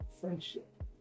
friendship